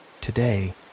today